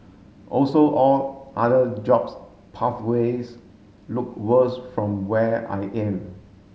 also all other jobs pathways look worse from where I am